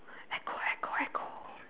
echo echo echo